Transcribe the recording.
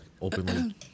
openly